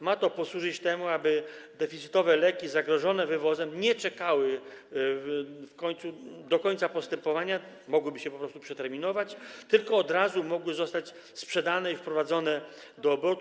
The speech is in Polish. Ma to służyć temu, aby deficytowe leki zagrożone wywozem nie czekały do końca postępowania - mogłyby się po prostu przeterminować - tylko od razu mogły zostać sprzedane i wprowadzone do obrotu.